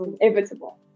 inevitable